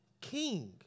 king